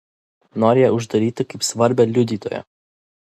nori ją uždaryti kaip svarbią liudytoją